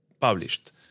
published